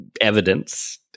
evidence